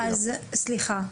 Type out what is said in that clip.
סליחה,